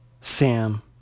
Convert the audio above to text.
Sam